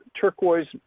turquoise